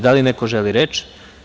Da li neko želi reč?